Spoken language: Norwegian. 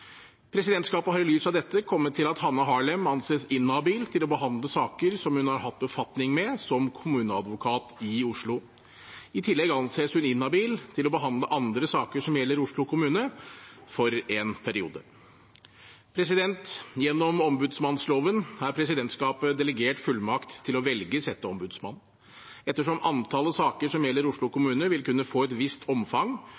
Presidentskapet har i lys av dette kommet til at Hanne Harlem anses inhabil til å behandle saker som hun har hatt befatning med som kommuneadvokat i Oslo. I tillegg anses hun inhabil til å behandle andre saker som gjelder Oslo kommune, for en periode. Gjennom sivilombudsmannsloven er presidentskapet delegert fullmakt til å velge setteombudsmann. Ettersom antallet saker som gjelder Oslo